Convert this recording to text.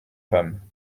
femme